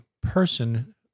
person